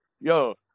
yo